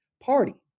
Party